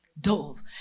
dove